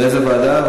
לאיזו ועדה?